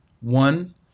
One